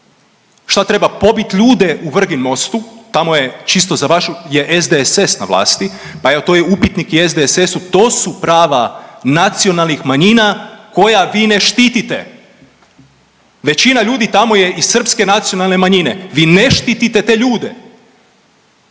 Šta treba pobit ljude u Vrginmostu, tamo je čisto za vašu, je SDSS na vlasti pa evo to je upitnik i SDSS-u to su prava nacionalnih manjina koja vi ne štitite. Većina ljudi tamo je iz srpske nacionalne manjine, vi ne štitite te ljude.